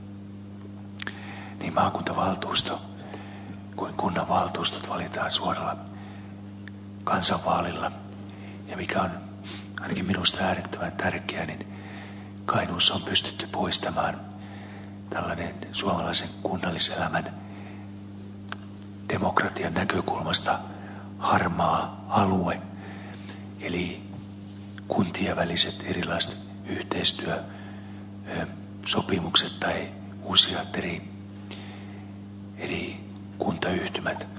niin maakuntavaltuusto kuin kunnanvaltuustot valitaan suoralla kansanvaalilla ja mikä on ainakin minusta äärettömän tärkeää kainuussa on pystytty poistamaan tällainen suomalaisen kunnalliselämän demokratian näkökulmasta harmaa alue eli kuntien väliset erilaiset yhteistyösopimukset tai useat eri kuntayhtymät